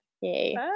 Yay